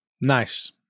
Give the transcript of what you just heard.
Nice